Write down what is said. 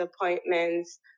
appointments